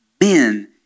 men